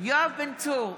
יואב בן צור,